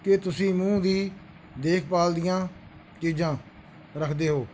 ਕੀ ਤੁਸੀਂ ਮੂੰਹ ਦੀ ਦੇਖਭਾਲ ਦੀਆਂ ਚੀਜ਼ਾਂ ਰੱਖਦੇ ਹੋ